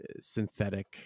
synthetic